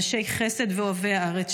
אנשי חסד ואוהבי הארץ,